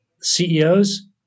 CEOs